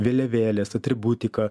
vėliavėlės atributika